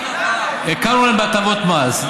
הכרנו להם בהטבות מס.